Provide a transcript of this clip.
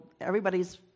everybody's